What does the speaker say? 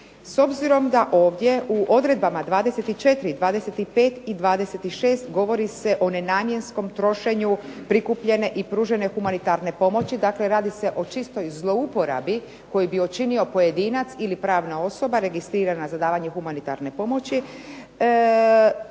S obzirom da ovdje u odredbama 24., 25., i 26. govori se o nenamjenskom trošenju prikupljene i pružene humanitarne pomoći dakle radi se o čistoj zlouporabi koju bi učinio pojedinac ili pravna osoba registrirana za davanje humanitarne pomoći,